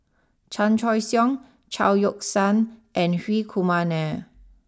Chan Choy Siong Chao Yoke San and Hri Kumar Nair